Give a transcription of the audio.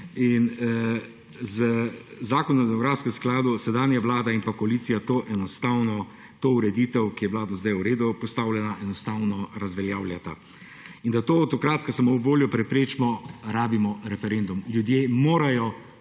Zakon o demografskem skladu sedanja vlada in pa koalicija to enostavno, to ureditev, ki je bila do sedaj v redu postavljena, enostavno razveljavljata. In da to avtokratsko samovoljo preprečimo rabimo referendum. Ljudje morajo